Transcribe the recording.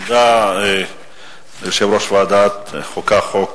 תודה ליושב-ראש ועדת החוקה, חוק ומשפט,